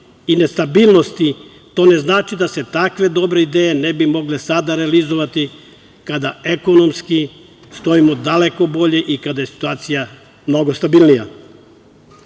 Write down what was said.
i nestabilnosti, to ne znači da se takve dobre ideje ne bi mogle sada realizovati kada ekonomski stojimo daleko bolje i kada je situacija mnogo stabilnija. Ono